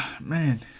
man